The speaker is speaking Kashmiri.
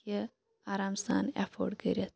یہِ آرام سان اٮ۪فٲڈ کٔرِتھ